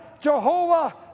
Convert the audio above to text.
Jehovah